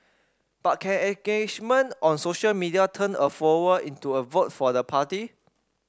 but can engagement on social media turn a follower into a vote for the party